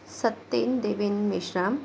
Satyen Deven Meshram